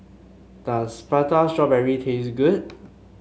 does Prata Strawberry taste good